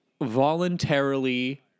voluntarily